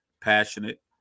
passionate